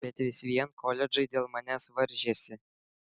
bet vis vien koledžai dėl manęs varžėsi